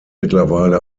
mittlerweile